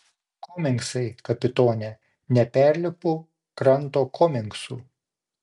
komingsai kapitone neperlipu kranto komingsų